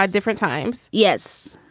ah different times yes.